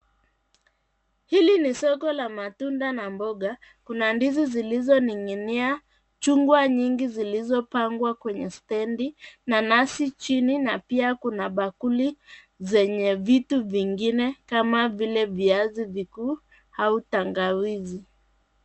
Hili ni soko la matunda na mboga, kuna ndizi zilizoning'inia, chungwa nyingi zilizopangwa kwenye stendi, nanasi chini na pia kuna bakuli zenye vitu vingine kama vile viazi vikuu au tangawizi.